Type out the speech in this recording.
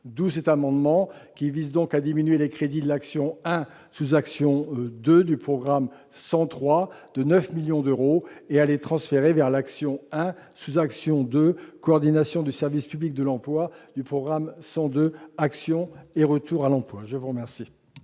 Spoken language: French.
Notre amendement vise donc à diminuer les crédits de l'action n° 01, sous-action n° 02, du programme 103, de 9 millions d'euros et de les transférer vers l'action n° 01, sous-action n° 02, Coordination du service public de l'emploi, du programme 102, « Action et retour à l'emploi ». La parole